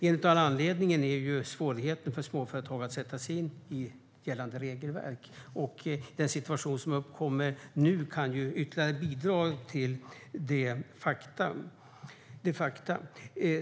En av anledningarna är svårigheten för småföretagare att sätta sig in i gällande regelverk, och den situation som uppkommer nu kan ytterligare bidra till detta faktum.